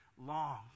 long